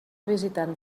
visitant